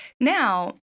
Now